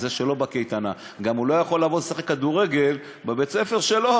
מי שלא בקייטנה: הוא גם לא יכול לבוא לשחק כדורגל בבית-הספר שלו,